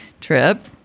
trip